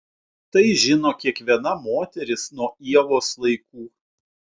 tai žino kiekviena moteris nuo ievos laikų